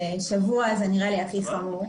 שבוע זה נראה לי הכי חמור.